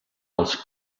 els